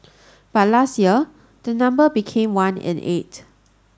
but last year the number became one in eight